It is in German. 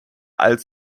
als